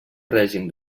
règim